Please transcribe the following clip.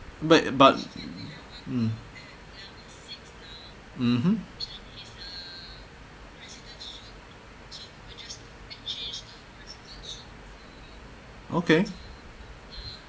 but but mm mmhmm okay